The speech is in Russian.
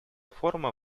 форума